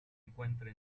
encuentra